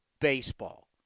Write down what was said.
baseball